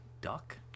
duck